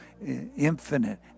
infinite